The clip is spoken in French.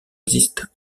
existent